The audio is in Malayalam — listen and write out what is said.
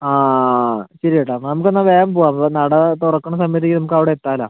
ആ ശരി ഏട്ടാ നമുക്ക് എന്നാൽ വേഗം പോവാം അപ്പോൾ നട തുറക്കണ സമയത്തേക്ക് നമുക്ക് അവിടെ എത്താമല്ലോ